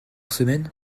semaine